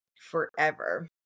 forever